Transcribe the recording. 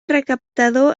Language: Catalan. recaptador